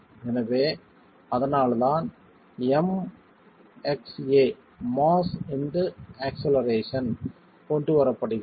எனவே அதனால்தான் M xa mass x acceleration கொண்டுவரப்படுகிறது